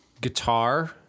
Guitar